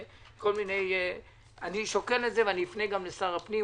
אני שוקל את זה ואני גם אפנה לשר הפנים,